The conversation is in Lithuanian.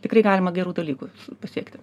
tikrai galima gerų dalykų pasiekti